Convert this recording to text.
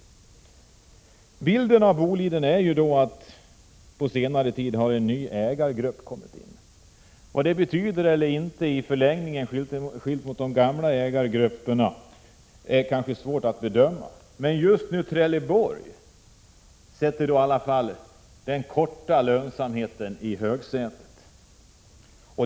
Den bild man har av Boliden är att företaget på senare tid fått en ny ägargrupp. Om det betyder något eller inte i en förlängning — om man jämför med de gamla ägargrupperna — är kanske svårt att bedöma. Men just Trelleborg sätter den kortsiktiga lönsamheten i högsätet.